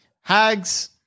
hags